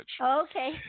Okay